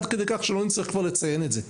עד כדי כך שלא נצטרך לציין את זה כבר.